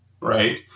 right